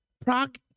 proc